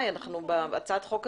שהעלות של האזרח ב-20% --- אז הוא אמר,